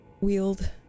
wield